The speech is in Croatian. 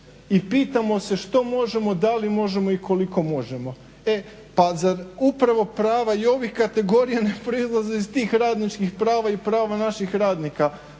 i pitamo se što možemo, da li možemo i koliko možemo. E pa zar upravo prava i ovih kategorija ne proizlaze iz tih radničkih prava i prava naših radnika.